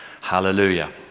Hallelujah